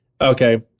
okay